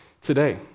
today